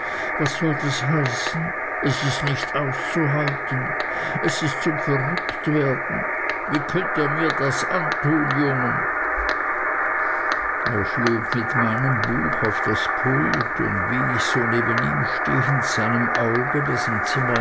was soll das heißen es ist nicht auszuhalten es ist zum verrücktwerden wie könnt ihr mir das tun jungen er schlug mit meinem buch auf das pult und wie ich so neben ihm stehend seinem auge das im zimmer